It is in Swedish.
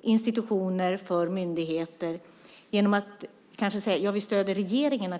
institutioner och myndigheter genom att säga att vi stöder regeringen?